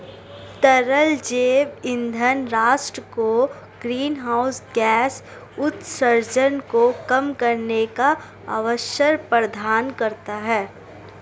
तरल जैव ईंधन राष्ट्र को ग्रीनहाउस गैस उत्सर्जन को कम करने का अवसर प्रदान करता है